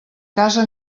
casa